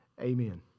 Amen